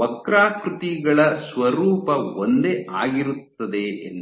ವಕ್ರಾಕೃತಿಗಳ ಸ್ವರೂಪ ಒಂದೇ ಆಗಿರುತ್ತದೆ ಎಂದು